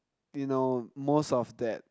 you know most of that